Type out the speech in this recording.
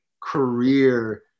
career